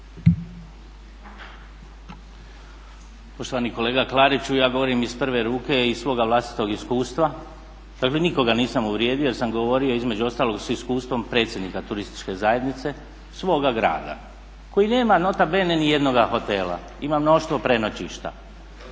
Poštovani kolega Klariću ja govorim iz prve ruke i iz svoga vlastitog iskustva, dakle nikoga nisam uvrijedio jer sam govorio između ostalog s iskustvom predsjednika turističke zajednice svoga grada koji nema nota bene nijednoga hotela. Ima mnoštvo prenoćišta.